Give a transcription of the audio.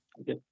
Okay